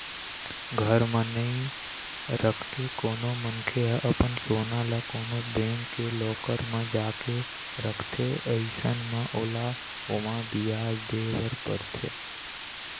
घर म नइ रखके कोनो मनखे ह अपन सोना ल कोनो बेंक के लॉकर म जाके रखथे अइसन म ओला ओमा बियाज दे बर परथे